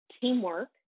teamwork